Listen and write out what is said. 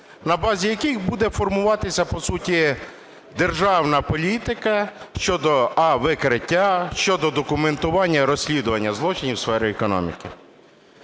на базі яких буде формуватися, по суті, державна політика щодо: а) викриття, щодо документування розслідування злочинів у сфері економіки.